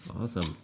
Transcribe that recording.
Awesome